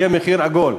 יהיה מחיר עגול.